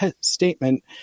statement